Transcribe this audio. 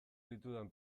ditudan